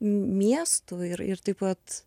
miestu ir ir taip pat